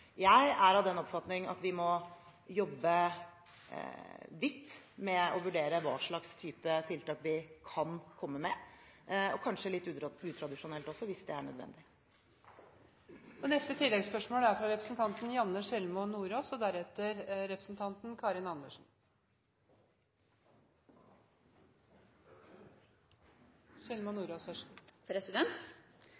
Jeg er av den oppfatning at vi må jobbe vidt med å vurdere hva slags tiltak vi kan komme med – kanskje litt utradisjonelt også, hvis det er nødvendig. Janne Sjelmo Nordås – til oppfølgingsspørsmål. Statsråden sier at man ønsker å jobbe etter to spor: både kompenserende tiltak og